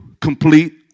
complete